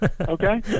Okay